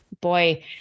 boy